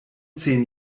zehn